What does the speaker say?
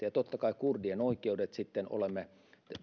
ja totta kai kurdien oikeudet olemme